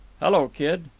hello, kid.